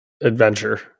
adventure